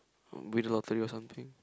win lottery or something